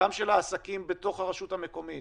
גם של העסקים ברשות המקומית